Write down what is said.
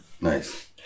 Nice